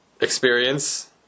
experience